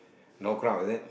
no crowd is it